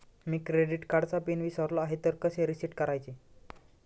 मी credit कार्डचा pin विसरलो आहे तर कसे रीसेट करायचे?